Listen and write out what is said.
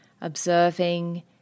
observing